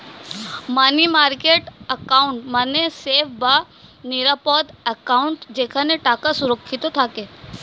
মানি market account মানে safe বা নিরাপদ অ্যাকাউন্ট যেখানে টাকা সুরক্ষিত থাকে